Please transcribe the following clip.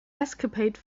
escapade